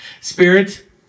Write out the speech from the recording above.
Spirit